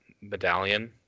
medallion